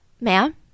Ma'am